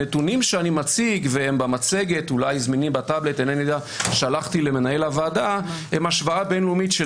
הנתונים שאני מציג במצגת ושלחתי למנהל הוועדה הם השוואה בינלאומית של